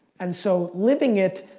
and so, living it,